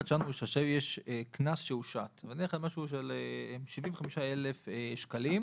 קנס בסך 75 אלף שקלים